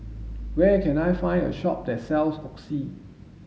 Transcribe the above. where can I find a shop that sells Oxy